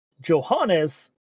Johannes